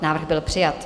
Návrh byl přijat.